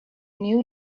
knew